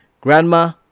Grandma